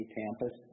campus